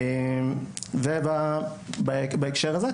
ובהקשר הזה,